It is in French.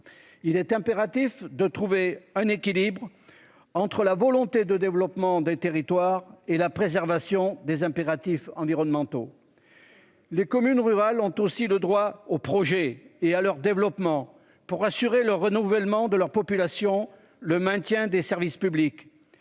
Il est impératif de trouver un équilibre entre la volonté de développement des territoires et la préservation des impératifs environnementaux. Les communes rurales ont aussi le droit au projet et à leur développement. Pour assurer le renouvellement de leur population. Le maintien des services publics.